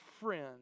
friend